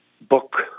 book